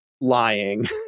lying